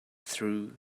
through